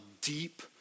deep